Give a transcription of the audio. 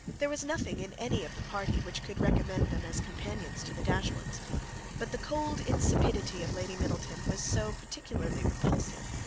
there was nothing in any of the party which could recommend them as companions to the dashwoods but the cold insipidity of lady middleton was so particularly repulsive,